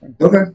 Okay